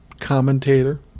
commentator